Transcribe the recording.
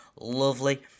lovely